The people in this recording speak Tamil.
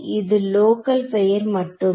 இது லோக்கல் பெயர் மட்டுமே